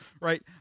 Right